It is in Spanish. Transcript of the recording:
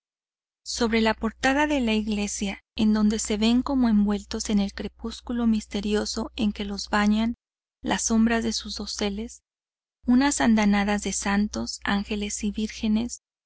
sobre la portada de la iglesia en donde se ven como envueltos en el crepúsculo misterioso en que los bañan las sombras de sus doseles una andanada de santos ángeles y vírgenes